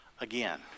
again